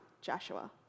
Joshua